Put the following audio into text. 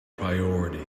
priority